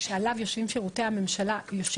ובחמשת עולמות התוכן לאן אנחנו רוצים לקדם את הממשלה בשנים